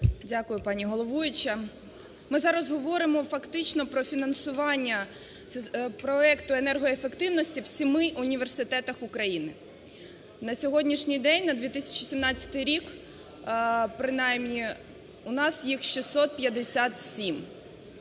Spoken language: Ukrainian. Дякую, пані головуюча. Ми зараз говоримо фактично про фінансування проекту енергоефективності в семи університетах України. На сьогоднішній день на 2017 рік принаймні у нас їх 657.